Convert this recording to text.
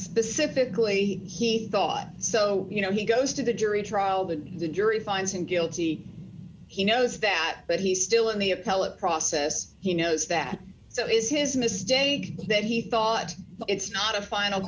specifically he thought so you know he goes to the jury trial that the jury finds him guilty he knows that but he's still in the appellate process he knows that so is his miss day that he thought it's not a final